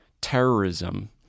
terrorism